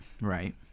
Right